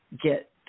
get